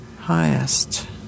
highest